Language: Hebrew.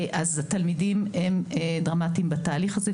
אז התלמידים הם דרמטיים בתהליך הזה.